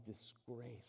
disgrace